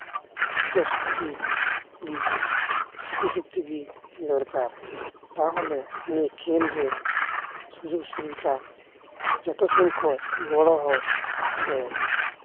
ᱫᱷᱳᱨᱡᱚ ᱥᱚᱠᱛᱤᱜᱮ ᱥᱨᱤᱛᱤ ᱥᱚᱠᱛᱤ ᱜᱮ ᱫᱚᱨᱠᱟᱨ ᱛᱟᱦᱚᱞᱮ ᱱᱤᱭᱟᱹ ᱠᱷᱮᱞ ᱨᱮ ᱥᱩᱡᱳᱜᱽ ᱥᱩᱵᱤᱫᱷᱟ ᱡᱚᱛᱚ ᱥᱮᱱ ᱠᱷᱚᱡ ᱜᱚᱲᱚ ᱦᱚᱸ ᱥᱮ